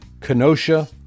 Kenosha